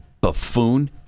buffoon